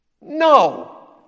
No